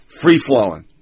free-flowing